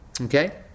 Okay